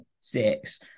six